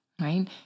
right